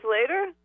later